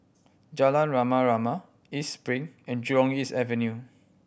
Jalan Rama Rama East Spring and Jurong East Avenue